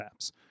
apps